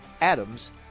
Adams